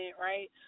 right